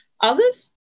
Others